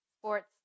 Sports